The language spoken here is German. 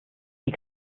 die